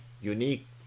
unique